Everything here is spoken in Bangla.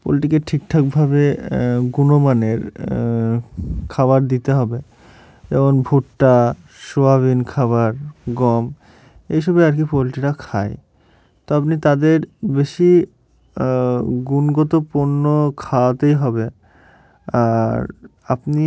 পোলট্রিকে ঠিকঠাকভাবে গুণমানের খাবার দিতে হবে যেমন ভুট্টা সোয়াবিন খাবার গম এসবই আর কি পোলট্রিরা খায় তো আপনি তাদের বেশি গুণগত পণ্য খাওয়াতেই হবে আর আপনি